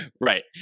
Right